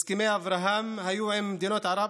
הסכמי אברהם היו עם מדינות ערב,